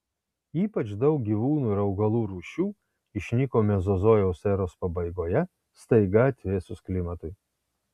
ypač daug gyvūnų ir augalų rūšių išnyko mezozojaus eros pabaigoje staiga atvėsus klimatui